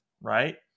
right